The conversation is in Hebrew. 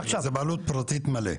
זו בעלות פרטית מלאה.